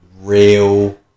real